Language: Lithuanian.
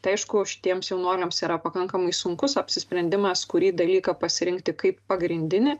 tai aišku šitiems jaunuoliams yra pakankamai sunkus apsisprendimas kurį dalyką pasirinkti kaip pagrindinį